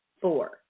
four